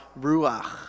ruach